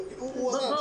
הוא אמר.